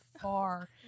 far